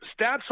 stats